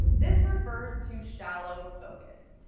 this refers to shallow focus.